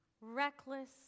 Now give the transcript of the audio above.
reckless